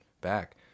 back